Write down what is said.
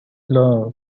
love